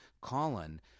Colin